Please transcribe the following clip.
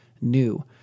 new